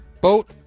Boat